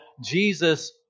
Jesus